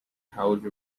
college